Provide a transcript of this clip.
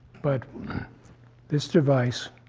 but this device